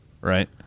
right